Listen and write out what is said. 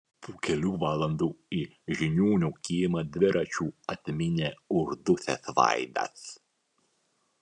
po kelių valandų į žiniuonio kiemą dviračiu atmynė uždusęs vaidas